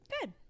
Good